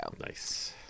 nice